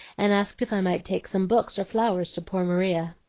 and asked if i might take some books or flowers to poor maria.